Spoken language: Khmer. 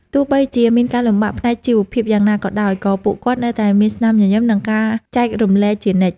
ទោះបីជាមានការលំបាកផ្នែកជីវភាពយ៉ាងណាក៏ដោយ ក៏ពួកគាត់នៅតែមានស្នាមញញឹម និងការចែករំលែកជានិច្ច។